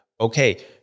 Okay